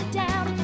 down